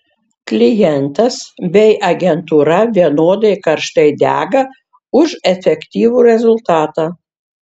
klientas bei agentūra vienodai karštai dega už efektyvų rezultatą